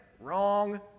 Wrong